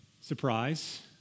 Surprise